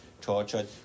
tortured